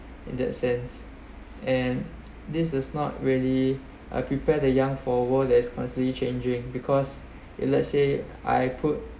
in that sense and this does not really ah prepare the young for a world that is constantly changing because if let's say I put